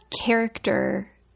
character